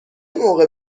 موقع